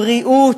הבריאות,